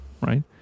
right